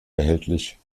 erhältlich